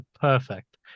perfect